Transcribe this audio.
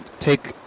Take